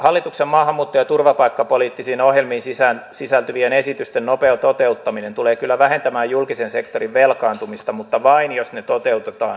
hallituksen maahanmuutto ja turvapaikkapoliittisiin ohjelmiin sisältyvien esitysten nopea toteuttaminen tulee kyllä vähentämään julkisen sektorin velkaantumista mutta vain jos ne toteutetaan täysimääräisesti